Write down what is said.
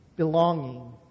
belonging